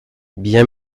bien